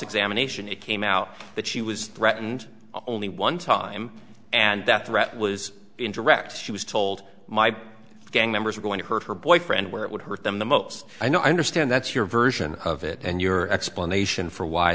ammunition it came out that she was threatened only one time and that threat was in direct she was told my gang members are going to hurt her boyfriend where it would hurt them the most i know i understand that's your version of it and your explanation for why